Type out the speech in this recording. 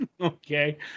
Okay